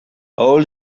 all